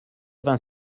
vingt